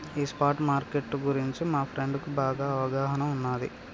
ఈ spot market గురించి మా ఫ్రెండుకి బాగా అవగాహన ఉన్నాది